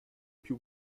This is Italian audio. più